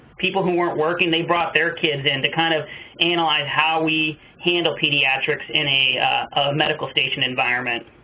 people who weren't working, they brought their kids in to kind of analyze how we handle pediatrics in a medical station environment.